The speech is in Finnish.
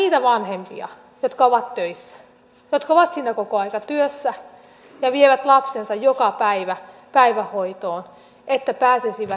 toisaalta ei pidä syyllistää niitä vanhempia jotka ovat töissä jotka ovat kokoaikatyössä ja vievät lapsensa joka päivä päivähoitoon että pääsisivät töihin